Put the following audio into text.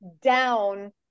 down